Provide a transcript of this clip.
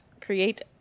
Create